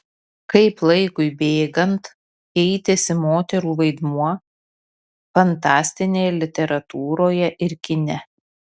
kaip laikui bėgant keitėsi moterų vaidmuo fantastinėje literatūroje ir kine